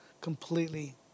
completely